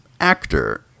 actor